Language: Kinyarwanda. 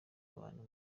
abantu